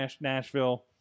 Nashville